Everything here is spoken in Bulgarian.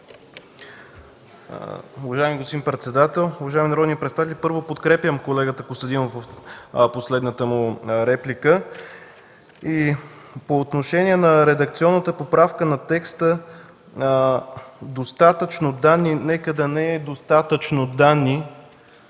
Уважаеми господин председател, уважаеми народни представители! Първо, подкрепям колегата Костадинов в последната му реплика. По отношение на редакционната поправка на текста „достатъчно данни” – нека да не е „достатъчно данни”,